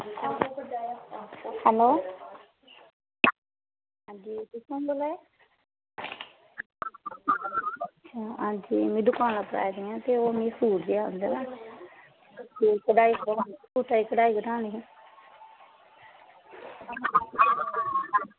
hello अंजी तुस कुन्न बोल्ला दे अंजी में दुकान उप्पर आई दी आं ते में ओह् सूट जेहा आंदे दा ते सूटै दी कढ़ाई कढ़ानी ही